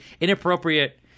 inappropriate